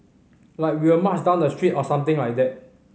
like we will march down the street or something like that